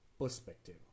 perspective